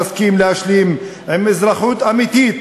נסכים להשלים עם אזרחות אמיתית,